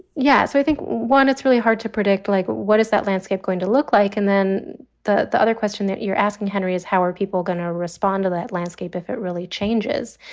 yes, i think, one, it's really hard to predict. like, what does that landscape going to look like? and then the the other question that you're asking, henry, is how are people going to respond to that landscape if it really changes?